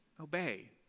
obey